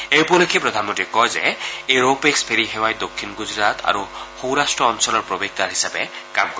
এই উপলক্ষে প্ৰধানমন্ত্ৰীয়ে কয় যে এই ৰো পেন্স ফেৰী সেৱাই দক্ষিণ ণ্ডজৰাট আৰু সৌৰাট্ট অঞ্চলৰ প্ৰৱেশদ্বাৰ হিচাপে কাম কৰিব